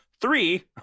Three